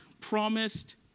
promised